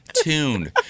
tuned